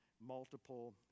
multiple